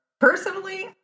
Personally